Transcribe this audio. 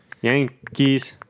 Yankees